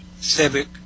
civic